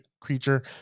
creature